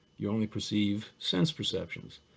you only perceive sense perceptions.